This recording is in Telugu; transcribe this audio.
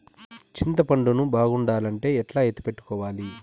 చింతపండు ను బాగుండాలంటే ఎట్లా ఎత్తిపెట్టుకోవాలి?